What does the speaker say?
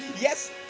Yes